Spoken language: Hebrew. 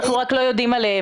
אנחנו רק לא יודעים עליהן.